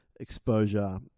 exposure